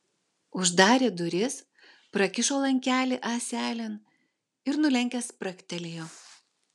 uždarė duris prakišo lankelį ąselėn ir nulenkęs spragtelėjo